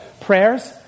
prayers